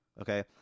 okay